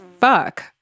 fuck